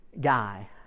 guy